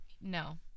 No